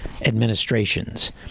administrations